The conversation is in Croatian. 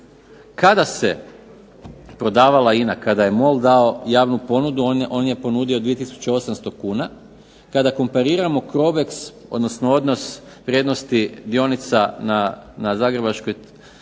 Kada se prodavala INA kada je MOL dao javnu ponudu on je ponudio 2 tisuće 800 kuna. Kada komapriramo Crobex odnosno odnos vrijednosti dionica za Zagrebačkoj